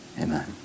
amen